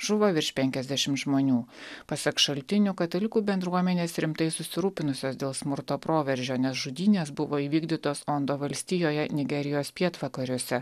žuvo virš penkiasdešimt žmonių pasak šaltinių katalikų bendruomenės rimtai susirūpinusios dėl smurto proveržio nes žudynės buvo įvykdytos ondo valstijoje nigerijos pietvakariuose